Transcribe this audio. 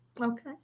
Okay